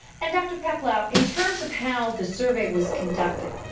and, dr. peplau, in terms of how the survey was conducted,